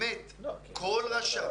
כל השאר,